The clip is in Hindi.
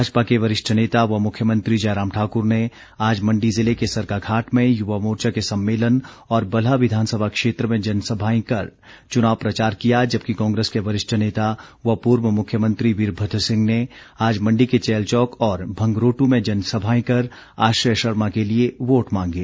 भाजपा के वरिष्ठ नेता व मुख्यमंत्री जयराम ठाकुर ने आज मंडी जिले के सरकाघाट में युवामोर्चा के सम्मेलन और बल्ह विधानसभा क्षेत्र में जनसभाएं कर चुनाव प्रचार किया जबकि कांग्रेस के वरिष्ठ नेता व पूर्व मुख्यमंत्री वीरभद्र सिंह ने आज मंडी के चैलचौक और भंगरोटू में जनसभाएं कर आश्रय शर्मा के लिए वोट मांगे